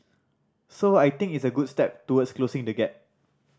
so I think it's a good step towards closing the gap